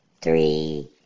three